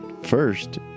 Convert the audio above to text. First